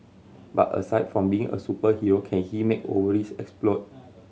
but aside from being a superhero can he make ovaries explode